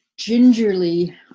gingerly